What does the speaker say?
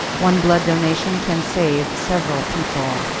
one blood donation can save several people.